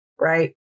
right